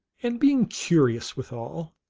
and being curious withal,